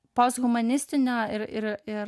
post humanistinio ir ir ir